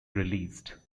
released